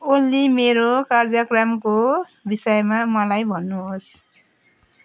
ओली मेरो कार्यक्रमको विषयमा मलाई भन्नुहोस्